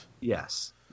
Yes